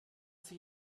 sich